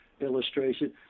illustration